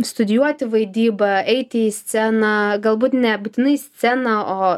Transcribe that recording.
studijuoti vaidybą eiti į sceną galbūt nebūtinai sceną o